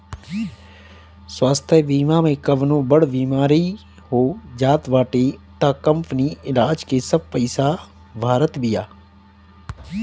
स्वास्थ्य बीमा में कवनो बड़ बेमारी हो जात बाटे तअ कंपनी इलाज के सब पईसा भारत बिया